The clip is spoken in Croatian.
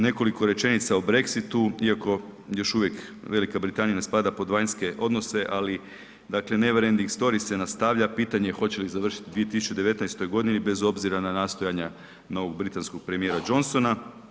Nekoliko rečenica o Brexitu, iako još uvijek Velika Britanija ne spada pod vanjske odnose ali dakle neverending story se nastavlja, pitanje je hoće li završiti u 2019. godini bez obzira na nastojanja novog britanskog premijera Johnsona.